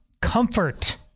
comfort